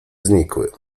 znikły